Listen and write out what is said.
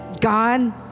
God